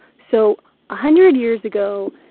so a hundred years ago,